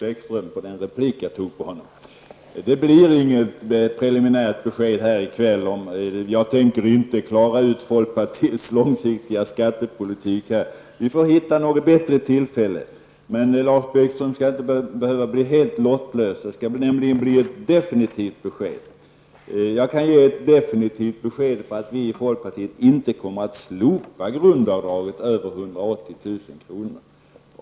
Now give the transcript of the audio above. Fru talman Det blir inget preliminärt besked här i kväll -- jag tänker inte försöka klara ut folkpartiets långsiktiga skattepolitik här. Vi får hitta något bättre tillfälle. Men Lars Bäckström skall inte behöva bli helt lottlös. Jag skall ge ett definitivt besked: Vi i folkpartiet kommer inte att slopa grundavdraget över 180 000 kr.